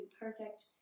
perfect